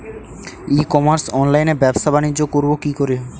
ই commerce অনলাইনে ব্যবসা বানিজ্য করব কি করে?